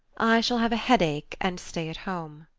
i shall have a headache and stay at home.